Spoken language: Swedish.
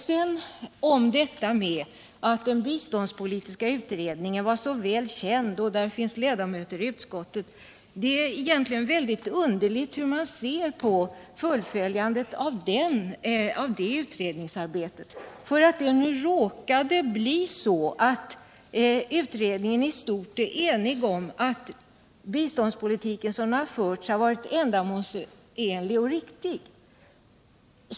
Sedan till talet om att den biståndspolitiska utredningen var så väl känd och att det finns ledamöter i utskottet som tillhört utredningen och att utredningen i stort är enig om att den förda biståndspolitiken varit ändamålsenlig och riktig.